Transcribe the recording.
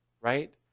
right